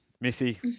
missy